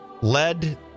led